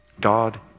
God